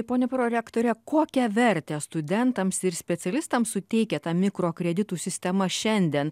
pone prorektore kokią vertę studentams ir specialistams suteikia ta mikrokreditų sistema šiandien